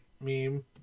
meme